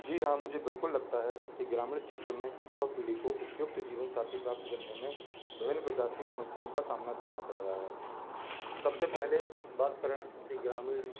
जी हाँ मुझे बिल्कुल लगता है कि ग्रामीण क्षेत्र में युवा पीढ़ी को उपयुक्त जीवन साथी प्राप्त करने में विभिन्न प्रकार की समस्याओं का सामना करना पड़ रहा है सब से पहले बात करें कि ग्रामीण